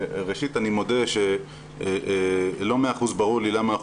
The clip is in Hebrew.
ראשית אני מודה שלא מאה אחוז ברור לי למה אנחנו